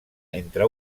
entre